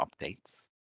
updates